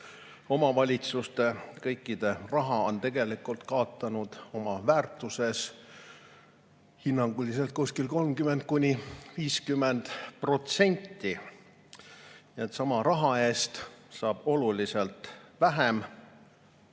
omavalitsuste, kõikide raha on tegelikult kaotanud oma väärtust hinnanguliselt 30–50%, nii et sama raha eest saab oluliselt vähem.